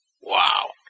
Wow